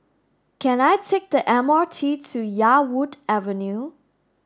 can I take the M R T to Yarwood Avenue